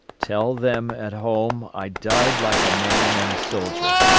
tell them at home i died like a man and a soldier.